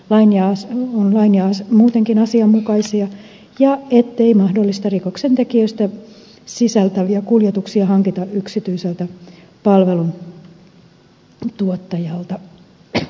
vain ja se on kuljetettavia ovat muutenkin asianmukaisia ja ettei mahdollisia rikoksentekijöitä sisältäviä kuljetuksia hankita yksityiseltä palveluntuottajalta